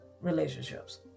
relationships